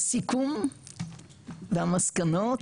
והסיכום והמסקנות,